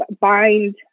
bind